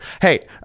Hey